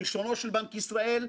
כלשונו של בנק ישראל,